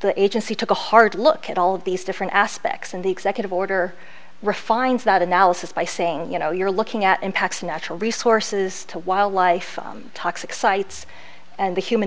the agency took a hard look at all of these different aspects of the executive order refined that analysis by saying you know you're looking at impacts natural resources to wildlife toxic sites and the human